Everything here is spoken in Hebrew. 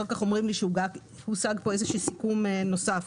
אומרים לי שמעבר למה שכתוב כאן, הושג סיכום נוסף.